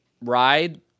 ride